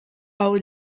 all